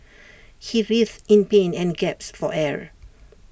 he writhed in pain and gasped for air